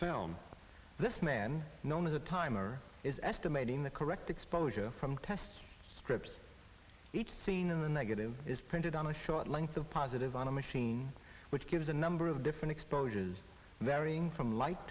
selam this man known as a timer is estimating the correct exposure from test strips each scene in the negative is printed on a short length of positive on a machine which gives a number of different exposures varying from li